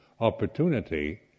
opportunity